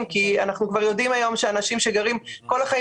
כי אנחנו כבר יודעים היום שאנשים שגרים כל החיים